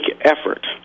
effort